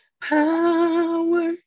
power